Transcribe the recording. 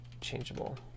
changeable